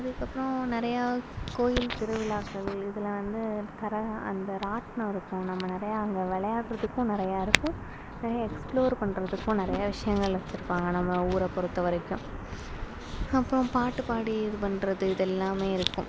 அதுக்கு அப்புறோம் நிறையா கோயில் திருவிழாக்கள் இதில் வந்து கரகா அந்த ராட்டுனோம் இருக்கும் நம்ம நிறையா அங்கே விளையாட்றத்துக்கும் நிறையா இருக்கும் நிறையா எக்ஸ்ப்ளோர் பண்ணுறதுக்கும் நிறையா விஷயங்கள் வச்சி இருப்பாங்க நம்ம ஊர பொறுத்த வரைக்கும் அப்புறோம் பாட்டு பாடி இது பண்ணுறது இதெல்லாமே இருக்கும்